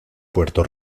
puerto